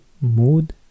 Mood